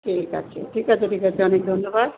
ঠিক আছে ঠিক আছে ঠিক আছে অনেক ধন্যবাদ